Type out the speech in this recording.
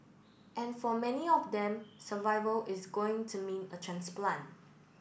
and for many of them survival is going to mean a transplant